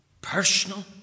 personal